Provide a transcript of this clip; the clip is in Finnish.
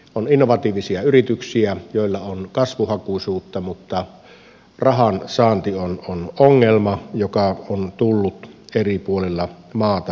on innovatiivisia yrityksiä joilla on kasvuhakuisuutta mutta rahan saanti on ongelma joka on tullut eri puolilla maata vastaan